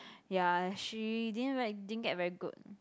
ya she didn't like didn't get very good